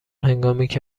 هنگامیکه